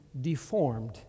deformed